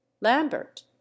Lambert